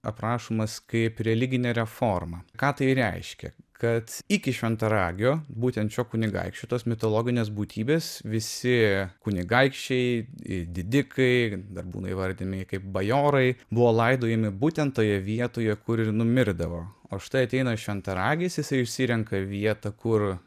aprašomas kaip religinė reforma ką tai reiškia kad iki šventaragio būtent šio kunigaikščio tos mitologinės būtybės visi kunigaikščiai didikai dar būna įvardijami kaip bajorai buvo laidojami būtent toje vietoje kur ir numirdavo o štai ateina šventaragis jis ir išsirenka vietą kur